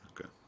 Okay